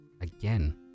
Again